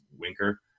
Winker